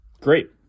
Great